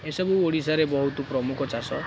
ଏସବୁ ଓଡ଼ିଶାରେ ବହୁତ ପ୍ରମୁଖ ଚାଷ